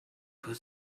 put